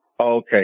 Okay